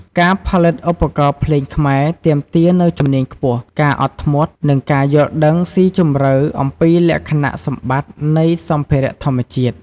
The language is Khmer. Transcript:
ការផលិតឧបករណ៍ភ្លេងខ្មែរទាមទារនូវជំនាញខ្ពស់ ការអត់ធ្មត់ និងការយល់ដឹងស៊ីជម្រៅអំពីលក្ខណៈសម្បត្តិនៃសម្ភារៈធម្មជាតិ។